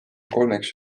kolmeks